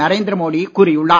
நரேந்திர மோடி கூறியுள்ளார்